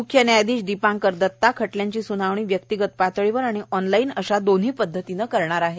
मृख्य न्यायाधिश दीपांकर दत्ता खटल्यांची स्नावणी व्यक्तिगत पातळीवर आणि आँनलाइन अशा दोन्ही पदधतीनं करणार आहेत